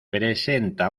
presenta